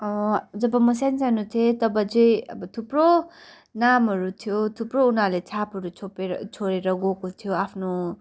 जब म सानसानो थिएँ तब चाहिँ अब थुप्रो नामहरू थियो थुप्रो उनीहरूले छापहरू छोपेर छोडेर गएको थियो आफ्नो